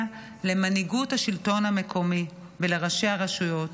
למנהיגות השלטון המקומי ולראשי הרשויות.